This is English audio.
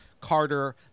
Carter